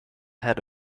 head